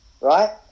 right